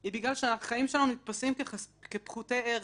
היא בגלל שהחיים שלנו נתפסים כפחותי ערך.